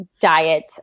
diet